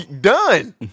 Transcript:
Done